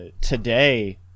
today